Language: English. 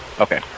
Okay